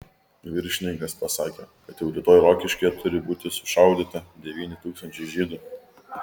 viršininkas pasakė kad jau rytoj rokiškyje turi būti sušaudyta devyni tūkstančiai žydų